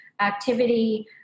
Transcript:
activity